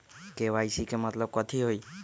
KYC के मतलब कथी होई?